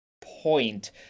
point